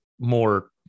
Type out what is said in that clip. more